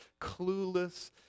clueless